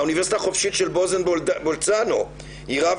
האוניברסיטה החופשית של בוצן-בולצאנו היא רב